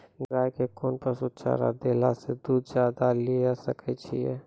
गाय के कोंन पसुचारा देला से दूध ज्यादा लिये सकय छियै?